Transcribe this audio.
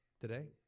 today